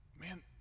man